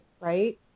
right